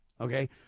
Okay